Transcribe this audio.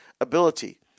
ability